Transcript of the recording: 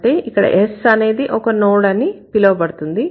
అంటే ఇక్కడ S అనేది ఒక నోడ్ అని పిలువబడుతుంది